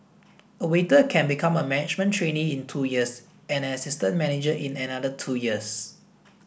a waiter can become a management trainee in two years and an assistant manager in another two years